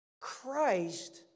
Christ